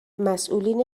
مسئولین